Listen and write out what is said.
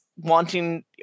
wanting